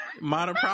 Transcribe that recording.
Modern